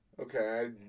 Okay